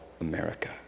America